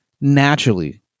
naturally